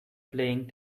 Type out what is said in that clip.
playing